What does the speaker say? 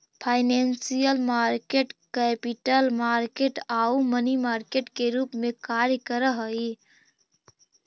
financial market capital market आउ money market के रूप में कार्य करऽ हइ